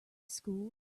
school